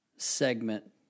Segment